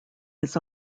his